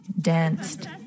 danced